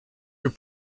your